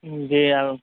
جی او